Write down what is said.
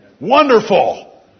Wonderful